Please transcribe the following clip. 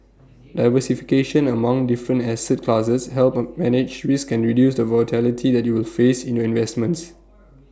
diversification among different asset classes helps A manage risk and reduce the volatility that you will face in your investments